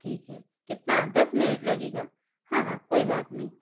ठीक है कितना दस मिनट लगेगा हाँ हाँ कोई बात नहीं